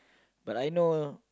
but I know